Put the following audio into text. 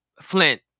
Flint